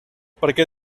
perquè